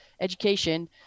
education